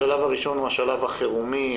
השלב הראשון הוא השלב החירומי.